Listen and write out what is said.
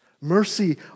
mercy